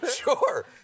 Sure